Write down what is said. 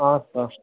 ಹಾಂ ಸರ್